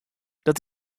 dat